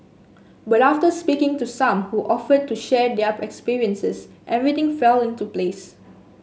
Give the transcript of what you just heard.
but after speaking to some who offered to share their experiences everything fell into place